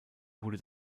wurde